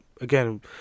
again